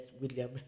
William